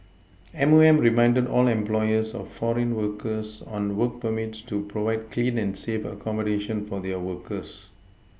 M O M reminded all employers of foreign workers on work permits to provide clean and safe accommodation for their workers